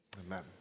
Amen